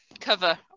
cover